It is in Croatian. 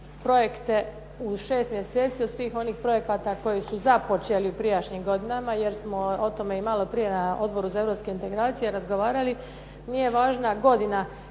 projekte u 6 mjeseci od svih onih projekata koje su započeli u prijašnjim godinama, jer smo o tome i malo prije na Odboru za europske integracije razgovarali. Nije važna godina